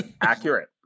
accurate